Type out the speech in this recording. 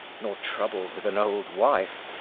nor troubled with an old wife,